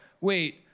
wait